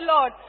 Lord